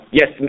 yes